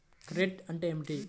Credit అంటే ఏమిటి?